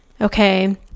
okay